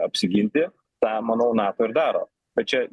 apsiginti tą manau nato ir daro bet čia